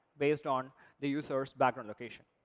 based on the user's background location.